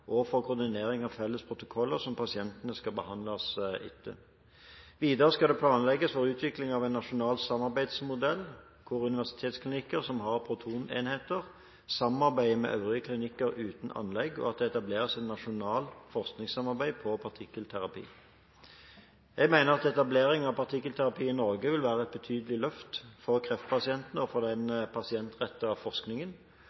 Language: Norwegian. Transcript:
og for koordinering av felles protokoller som pasientene skal behandles etter. Videre skal det planlegges for utvikling av en nasjonal samarbeidsmodell hvor universitetsklinikker som har protonenheter, samarbeider med øvrige klinikker uten anlegg, og at det etableres et nasjonalt forskningssamarbeid på partikkelterapi. Jeg mener at etablering av partikkelterapi i Norge vil være et betydelig løft for kreftpasientene og for